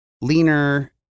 leaner